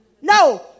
No